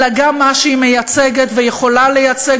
אלא גם במה שהיא מייצגת ויכולה לייצג